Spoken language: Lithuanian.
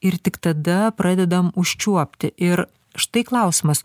ir tik tada pradedam užčiuopti ir štai klausimas